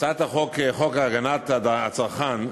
הצעת חוק הגנת הצרכן (תיקון,